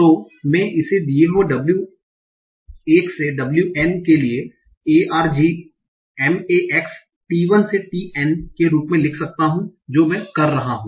तो मैं इसे दिये हुए w1 से wn के लिए argmax t1 से tn के रूप में लिख सकता हूँ जो मैं कर रहा हूँ